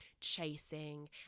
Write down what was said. chasing